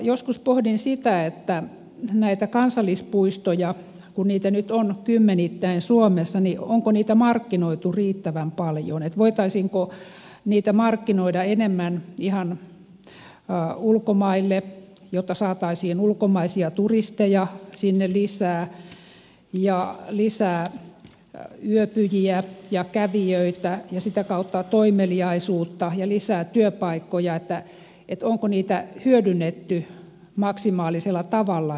joskus pohdin sitä kun näitä kansallispuistoja nyt on kymmenittäin suomessa onko niitä markkinoitu riittävän paljon voitaisiinko niitä markkinoita enemmän ihan ulkomaille jotta saataisiin sinne lisää ulkomaisia turisteja ja lisää yöpyjiä ja kävijöitä ja sitä kautta toimeliaisuutta ja lisää työpaikkoja eli onko niitä hyödynnetty maksimaalisella tavalla